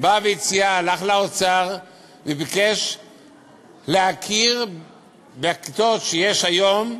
בא והציע, הלך לאוצר וביקש להכיר בכיתות שיש היום,